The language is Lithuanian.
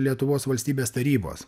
lietuvos valstybės tarybos